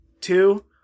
two